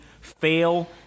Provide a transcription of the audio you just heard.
fail